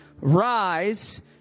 rise